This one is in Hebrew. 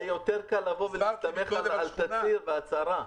היה לי יותר קל לבוא ולהסתמך על תצהיר והצהרה.